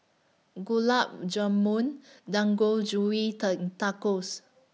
Gulab Jamun Tacos